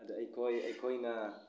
ꯑꯗꯨ ꯑꯩꯈꯣꯏ ꯑꯩꯈꯣꯏꯅ